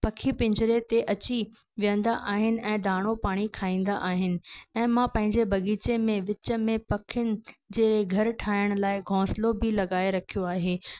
पखी पिञिरे ते अची विहंदा आहिनि ऐं दाणो पाणी खाईंदा आहिनि ऐं मां पंहिंजे बग़ीचे में विच में पखियुनि जे घरु ठाहिण लाइ घौसलो बि लॻाए रखियो आहे